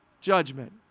judgment